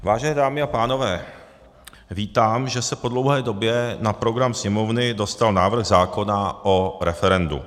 Vážené dámy a pánové, vítám, že se po dlouhé době na program Sněmovny dostal návrh zákona o referendu.